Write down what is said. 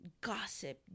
gossip